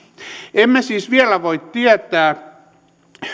emme siis vielä voi tietää